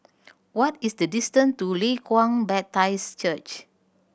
what is the distance to Leng Kwang Baptist Church